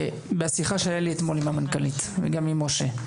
בשיחה שהייתה לי אתמול עם המנכ"לית וגם עם משה,